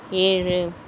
ஏழு